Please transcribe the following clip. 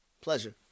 pleasure